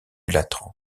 latran